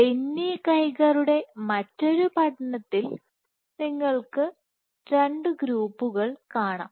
ബെന്നി ഗൈഗറുടെമറ്റൊരു പഠനത്തിൽ നിങ്ങൾക്ക് രണ്ട് ഗ്രൂപ്പുകൾ കാണാം